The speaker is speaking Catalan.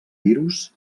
virus